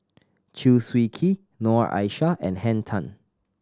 Chew Swee Kee Noor Aishah and Henn Tan